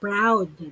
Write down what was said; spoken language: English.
Proud